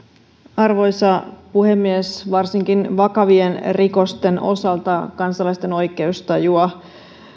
arvoisa puhemies varsinkin vakavien rikosten osalta kansalaisten oikeustajua